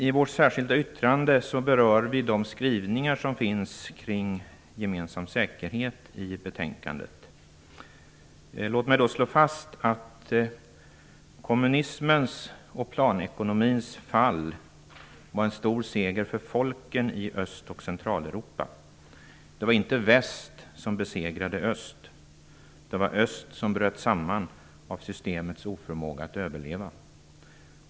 I vårt särskilda yttrande berör vi de skrivningar som finns i betänkandet kring gemensam säkerhet. Låt mig slå fast att kommunismens och planekonomins fall var en stor seger för folken i Central och Östeuropa. Det var inte väst som besegrade öst. Det var öst som bröt samman på grund av systemets oförmåga att överleva.